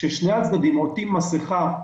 כששני הצדדים עוטים מסכה,